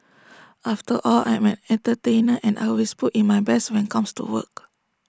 after all I'm an entertainer and I always put in my best when comes to work